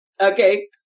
Okay